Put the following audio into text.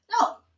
No